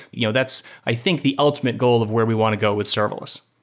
you know that's i think the ultimate goal of where we want to go with serverless.